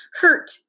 hurt